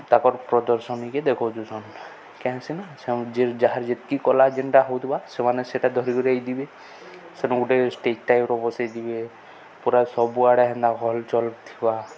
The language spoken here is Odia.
ତାକର୍ ପ୍ରଦର୍ଶନୀକେ ଦେଖଉଥିସନ୍ କାଁ ହେସିିନା ଯେ ଯାହାର୍ ଯେତ୍କି କଲା ଯେନ୍ଟା ହଉଥିବା ସେମାନେ ସେଟା ଧରିିକରି ଆଇଥିବେ ସେନୁ ଗୁଟେ ଷ୍ଟେଜ୍ ଟାଇପ୍ର ବସେଇଥିବେ ପୁରା ସବୁଆଡ଼େ ହେନ୍ତା ହଲ୍ ଚଲ୍ ଥିବା